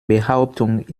behauptung